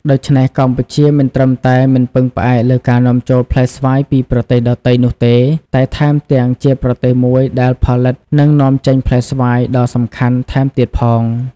ដូច្នេះ កម្ពុជាមិនត្រឹមតែមិនពឹងផ្អែកលើការនាំចូលផ្លែស្វាយពីប្រទេសដទៃនោះទេ តែថែមទាំងជាប្រទេសមួយដែលផលិត និងនាំចេញផ្លែស្វាយដ៏សំខាន់ថែមទៀតផង។